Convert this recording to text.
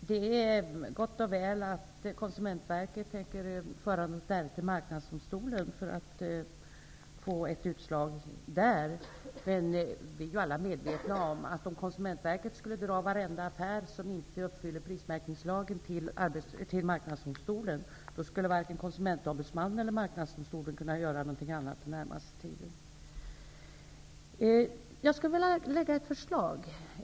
Det är gott och väl att Konsumentverket tänker föra ett ärende till Marknadsdomstolen för att få ett utslag där. Men alla är ju medvetna om att om Konsumentverket till Marknadsdomstolen skulle dra varenda affär som inte uppfyller prismärkningslagens krav, skulle varken konsumentombudsmannen eller Marknadsdomstolen kunna göra någonting annat under den närmaste tiden. Jag skulle vilja föra fram ett förslag.